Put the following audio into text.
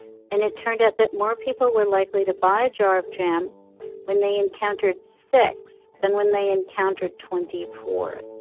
and it turned out that more people were likely to buy a jar of jam when they encountered six than when they encountered twenty four